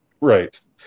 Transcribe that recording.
right